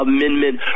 Amendment